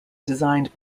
designed